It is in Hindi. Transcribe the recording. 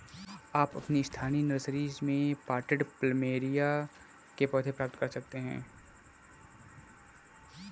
आप अपनी स्थानीय नर्सरी में पॉटेड प्लमेरिया के पौधे प्राप्त कर सकते है